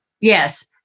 Yes